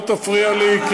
אני, אתה לא תפריע לי.